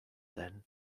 then